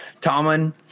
Tomlin